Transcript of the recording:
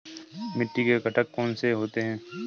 मिट्टी के घटक कौन से होते हैं?